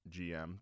GM